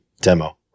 demo